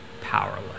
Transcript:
powerless